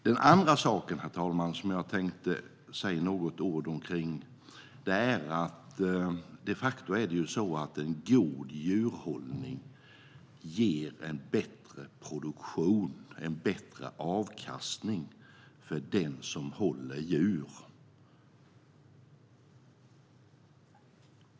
Den andra sak jag vill säga något om är att god djurhållning de facto ger bättre produktion, bättre avkastning, för dem som håller djur.